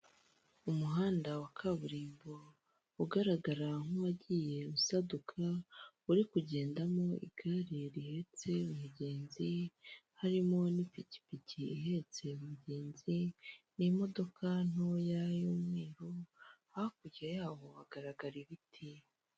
Umuhanda wa kaburimbo ugaragara nk'uwagiye usaduka, uri kugendamo igare rihetse umugenzi, harimo n'ipikipiki ihetse umugenzi n'imodoka ntoya y'umweru, hakurya yaho hagaragara ibiti.